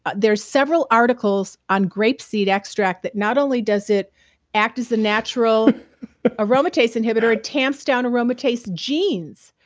but there's several articles on grape seed extract that not only does it act as a natural aromatase inhibitor, it ah tamps down aromatase genes.